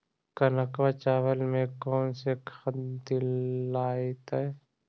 कनकवा चावल में कौन से खाद दिलाइतै?